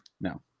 No